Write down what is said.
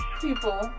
people